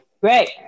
Great